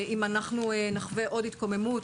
אם אנחנו נחווה עוד התקוממות,